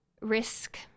risk